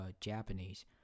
Japanese